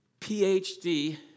PhD